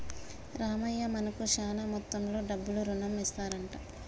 రామయ్య మనకు శాన మొత్తంలో డబ్బులు రుణంగా ఇస్తారంట